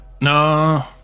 no